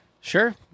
Sure